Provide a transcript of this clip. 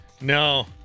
no